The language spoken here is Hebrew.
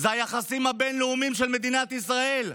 זה היחסים הבין-לאומיים של מדינת ישראל.